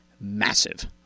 massive